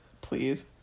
please